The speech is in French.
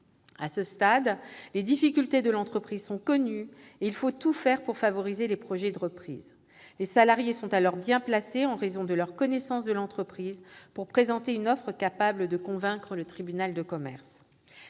À ce stade, les difficultés de l'entreprise sont connues, et il faut tout faire pour favoriser les projets de reprise. Les salariés sont alors bien placés, en raison de leur connaissance de l'entreprise, pour présenter une offre capable de convaincre le tribunal de commerce.